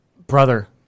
Brother